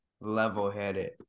level-headed